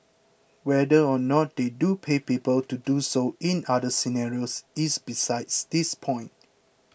whether or not they do pay people to do so in other scenarios is besides this point